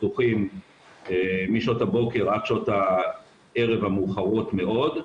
פתוחים משעות הבוקר עד שעות הערב המאוחרות מאוד,